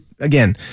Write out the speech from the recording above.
again